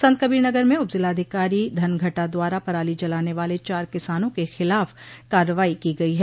संतकबीरनगर में उपजिलाधिकारी धनघटा द्वारा पराली जलाने वाले चार किसानों के खिलाफ कार्रवाई की गई है